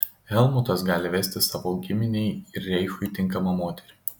helmutas gali vesti savo giminei ir reichui tinkamą moterį